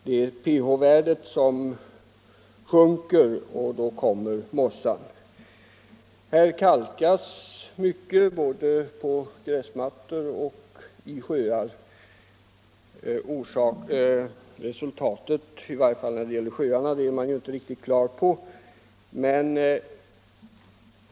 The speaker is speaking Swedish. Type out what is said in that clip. Det beror på att pH-värdet sjunker, och då kommer mossan. Här kalkas mycket, både på gräsmattor och i sjöar. Resultatet är man inte riktigt klar på, i varje fall inte när det gäller sjöarna.